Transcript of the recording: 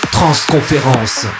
Transconférence